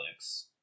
Netflix